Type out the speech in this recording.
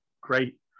great